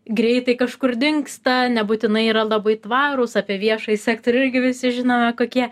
greitai kažkur dingsta nebūtinai yra labai tvarūs apie viešąjį sektorių irgi visi žinome kokie